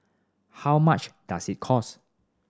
how much does it cost